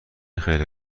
خیلی